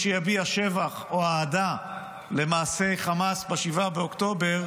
שיביע שבח או אהדה למעשי חמאס ב-7 באוקטובר,